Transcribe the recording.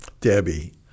Debbie